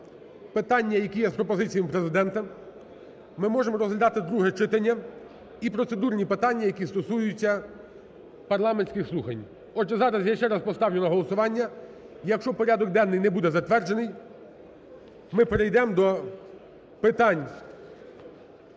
питання, які є з пропозиціями Президента, ми можемо розглядати друге читання і процедурні питання, які стосуються парламентських слухань. Отже, зараз я ще раз поставлю на голосування. Якщо порядок денний не буде затверджений, ми перейдемо до питань,